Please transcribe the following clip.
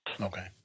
Okay